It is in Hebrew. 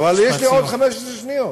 אבל יש לי עוד 15 שניות.